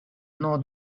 nom